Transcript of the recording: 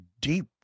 deep